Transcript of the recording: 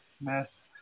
mess